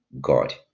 god